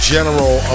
General